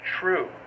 true